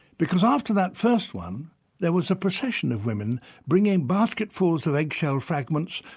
because after that first one there was a procession of woman bringing basketfuls of eggshell fragments,